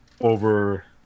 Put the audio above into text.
over